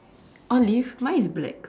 olive mine is black